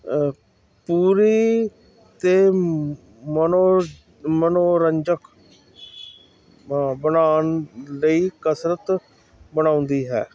ਪੂਰੀ ਅਤੇ ਮਨੋਰ ਮਨੋਰੰਜਕ ਬਣਾਉਣ ਲਈ ਕਸਰਤ ਬਣਾਉਂਦੀ ਹੈ